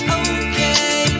okay